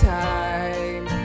time